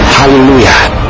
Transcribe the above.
hallelujah